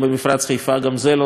גם זה לא נעשה קודם,